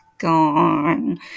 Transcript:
gone